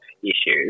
issues